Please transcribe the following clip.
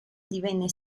divenne